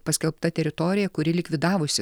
paskelbta teritorija kuri likvidavusi